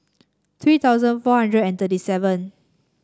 three thousand four hundred and thirty seven